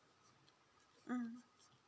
mm